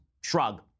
shrug